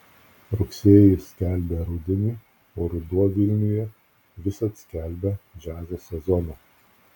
rugsėjis skelbia rudenį o ruduo vilniuje visad skelbia džiazo sezoną